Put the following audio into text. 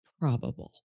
probable